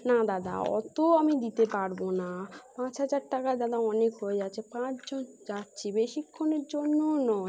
না দাদা অত আমি দিতে পারব না পাঁচ হাজার টাকা দাদা অনেক হয়ে যাচ্ছে পাঁচজন যাচ্ছি বেশিক্ষণের জন্যও নয়